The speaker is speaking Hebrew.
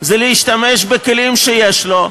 זה להשתמש בכלים שיש לו,